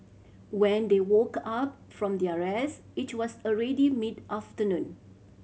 when they woke up from their rest it was already mid afternoon